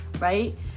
Right